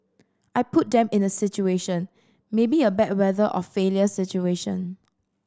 I put them in a situation maybe a bad weather or failure situation